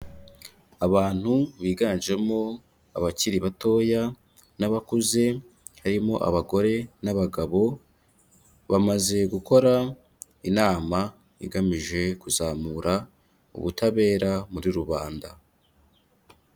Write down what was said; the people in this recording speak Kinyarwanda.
Abantu biganjemo abakiri batoya n'abakuze harimo abagore n'abagabo, bamaze gukora inama igamije kuzamura ubutabera muri rubanda.